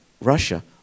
Russia